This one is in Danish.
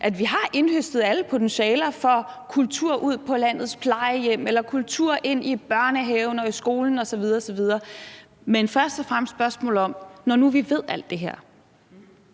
at vi har indhøstet alle potentialer for at få kultur ud på landets plejehjem eller kultur ind i børnehaven og i skolen osv. osv.? Men først og fremmest er det et spørgsmål om, hvad det, når nu vi ved alt det her,